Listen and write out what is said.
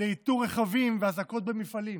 לאיתור רכבים ואזעקות במפעלים,